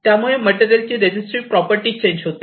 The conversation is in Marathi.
त्यामुळे मटेरियल ची रेझीटीव्ह प्रॉपर्टी चेंज होते